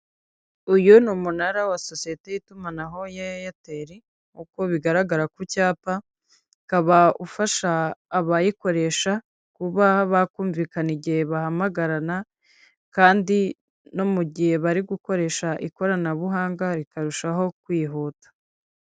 Uyu ni umunara wa sosiyete y'itumanaho ya AIRTEL, uko bigaragara ku cyapa ukaba ufasha abayikoresha kuba bakumvikana igihe bahamagarana kandi no mu gihe bari gukoresha ikoranabuhanga rikarushaho kwihuta.